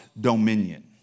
dominion